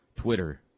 Twitter